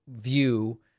view